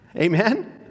amen